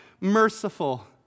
merciful